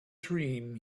dream